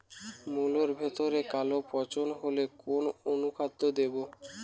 মুলোর ভেতরে কালো পচন হলে কোন অনুখাদ্য দেবো?